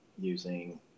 using